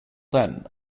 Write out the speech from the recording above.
then